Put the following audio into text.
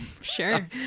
Sure